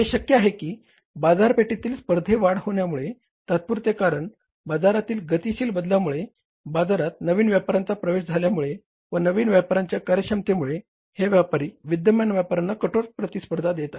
हे शक्य आहे की बाजारपेठेतील स्पर्धेत वाढ होण्यामुळे तात्पुरते कारण बाजरातील गतिशील बदलांमुळे बाजारात नवीन व्यापाऱ्यांचा प्रवेश झाल्यामुळे व नवीन व्यापाऱ्यांच्या कार्यक्षमतेमुळे हे व्यापारी विद्यमान व्यापाऱ्यांना कठोर प्रतिस्पर्धा देत आहेत